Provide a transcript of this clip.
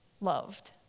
loved